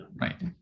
Right